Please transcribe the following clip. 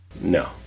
No